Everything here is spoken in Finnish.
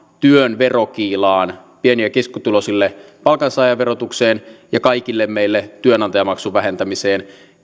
työn verokiilaan pieni ja keskituloisille palkansaajan verotukseen ja kaikille meille työnantajamaksun vähentämiseen